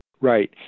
Right